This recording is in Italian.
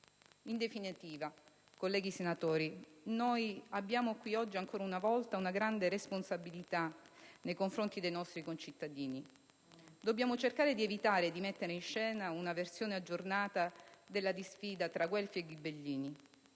In definitiva, colleghi senatori, abbiamo oggi ancora una volta una grande responsabilità nei confronti dei nostri concittadini. Dobbiamo cercare di evitare di mettere in scena una versione aggiornata della disfida tra guelfi e ghibellini.